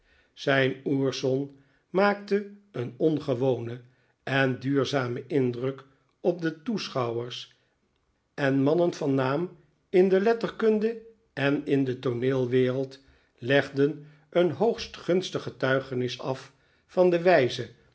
zijn ourson maakte een ongewonen en duurzamen indruk op de toeschouwers en mannen van naam in de letterkunde en in de tooneelwereld legden een hoogst gunstig getuigenis af van de wijze